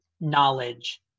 knowledge